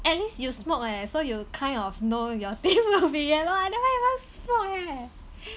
at least you smoke leh so you kind of know your teeth will be yellow I never even smoke eh